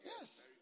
Yes